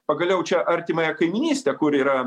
pagaliau čia artimąją kaimynystę kur yra